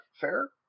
fair